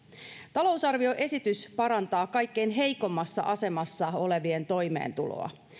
talousarvioesitys parantaa kaikkein heikoimmassa asemassa olevien toimeentuloa